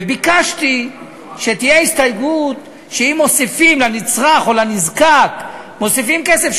ביקשתי שתהיה הסתייגות שאם מוסיפים לנצרך או לנזקק כסף,